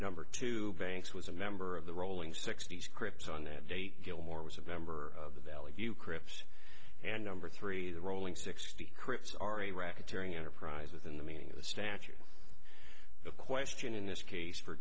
number two banks was a member of the rolling sixty's crips on that date gilmore was of member of the valley view crips and number three the rolling sixty crips are a racketeering enterprise within the meaning of the statue of question in this case for